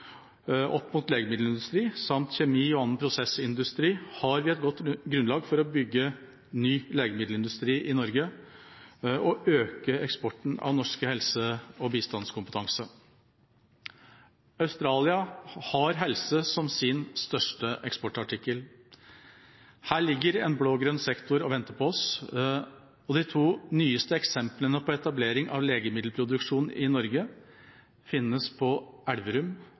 opp mot legemiddelindustri samt kjemi og annen prosessindustri, har vi et godt grunnlag for å bygge ny legemiddelindustri i Norge og øke eksporten av norsk helse- og bistandskompetanse. Australia har helse som sin største eksportartikkel. Her ligger en blå-grønn sektor og venter på oss – og de to nyeste eksemplene på etablering av legemiddelproduksjon i Norge finnes i Elverum